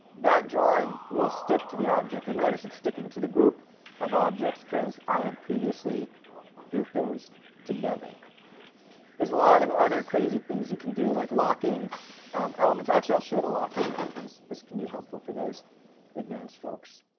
that drawing will stick to the object. and notice it sticking to the group of objects because i had previously group those together. reshan richards there's a lot of other crazy things you can do like locking um elements actually i'll show the locking now because this this can be helpful for those advanced folks.